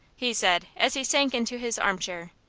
he said, as he sank into his armchair.